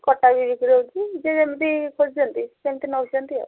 କଟା ବି ବିକ୍ରି ହେଉଛି ଯିଏ ଯେମିତି ଖୋଜନ୍ତି ସେମିତି ନେଉଛନ୍ତି ଆଉ